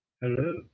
Hello